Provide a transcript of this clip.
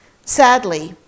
Sadly